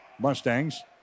Mustangs